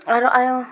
ᱟᱨᱚ ᱟᱭᱢᱟ